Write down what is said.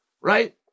right